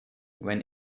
when